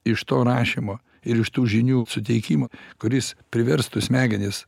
iš to rašymo ir iš tų žinių suteikimo kuris priverstų smegenis